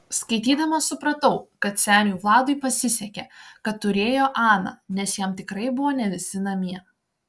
skaitydama supratau kaip seniui vladui pasisekė kad turėjo aną nes jam tikrai buvo ne visi namie